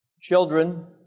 children